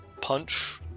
punch